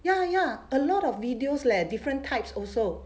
ya ya a lot of videos leh different types also